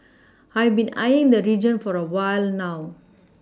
I've been eyeing the region for a while now